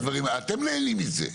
אתם נהנים מזה.